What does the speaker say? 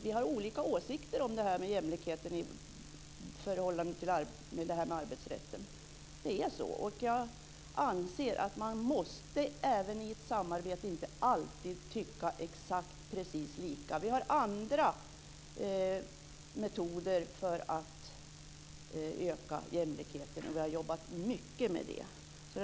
Vi har olika åsikter om det här med jämlikheten i förhållande till det här med arbetsrätten. Det är så, men jag anser att man även i ett samarbete inte alltid måste tycka precis lika. Vi har andra metoder för att öka jämlikheten, och vi har jobbat mycket med detta.